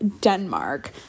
Denmark